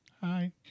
hi